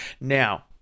Now